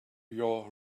your